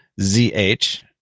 ZH